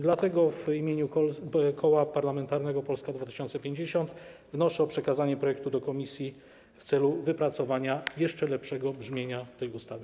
Dlatego w imieniu Koła Parlamentarnego Polska 2050 wnoszę o przekazanie projektu do komisji w celu wypracowania jeszcze lepszego brzmienia tej ustawy.